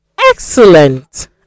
Excellent